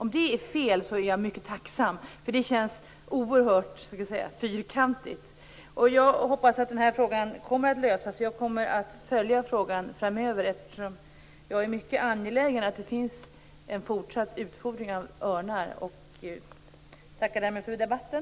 Om det är fel är jag mycket tacksam. Det känns oerhört fyrkantigt. Jag hoppas att den här frågan kommer att lösas. Jag kommer att följa den framöver, eftersom jag är mycket angelägen om att det finns en fortsatt utfodring av örnar. Jag tackar därmed för debatten.